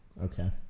Okay